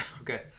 Okay